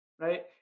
right